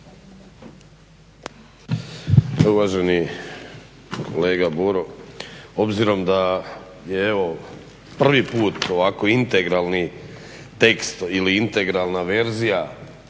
Uvaženi kolega Boro. Obzirom da je evo prvi put ovako integralni tekst ili integralna verzija